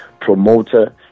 promoter